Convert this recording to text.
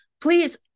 please